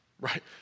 Right